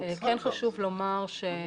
כן חשוב לומר --- זה מוצהר כך.